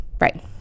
right